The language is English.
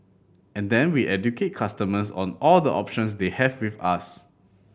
and then we educate customers on all the options they have with us